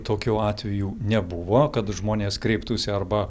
tokių atvejų nebuvo kad žmonės kreiptųsi arba